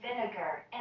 vinegar